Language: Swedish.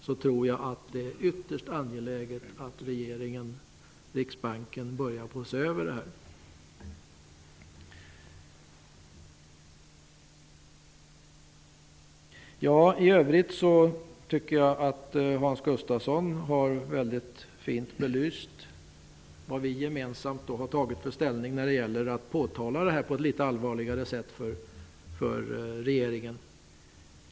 Jag tror därför att det är ytterst angeläget att regeringen och Riksbanken börjar se över dessa saker. I övrigt tycker jag att Hans Gustafsson väldigt fint har belyst vårt gemensamma ställningstagande när det gäller att på ett litet allvarligare sätt påtala detta för regeringen.